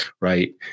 right